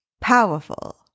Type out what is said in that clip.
powerful